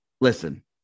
Listen